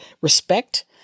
respect